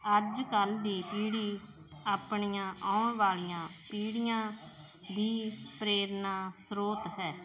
ਅੱਜ ਕੱਲ੍ਹ ਦੀ ਪੀੜ੍ਹੀ ਆਪਣੀਆਂ ਆਉਣ ਵਾਲੀਆਂ ਪੀੜ੍ਹੀਆਂ ਦੀ ਪ੍ਰੇਰਨਾ ਸਰੋਤ ਹੈ